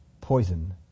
poison